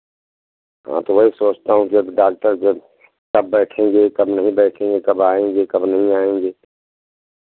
हाँ तो वही सोचता हूँ कि अब डाक्टर कब बैठेंगे कब नहीं बैठेंगे कब आएंगे कब नहीं आएंगे